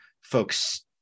folks